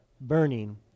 burning